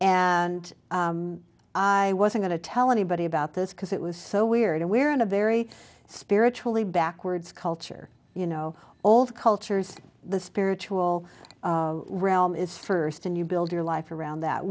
was going to tell anybody about this because it was so weird and we're in a very spiritually backwards culture you know old cultures the spiritual realm is first and you build your life around that